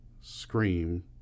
Scream